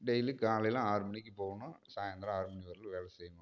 daily காலையில் ஆறு மணிக்கு போகணும் சாயந்தரம் ஆறு மணி வரைலும் வேலை செய்யணும்